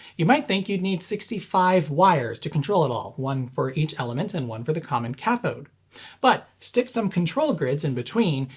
you might think you'd need sixty five wires to control it all, one for each element and one for the common cathode but, stick some control grids in between,